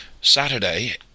Saturday